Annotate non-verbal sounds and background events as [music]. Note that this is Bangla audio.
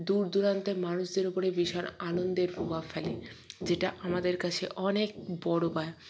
দূর দূরান্তের মানুষদের উপরে বিশাল আনন্দের প্রভাব ফেলে যেটা আমাদের কাছে অনেক বড়ো পায় [unintelligible]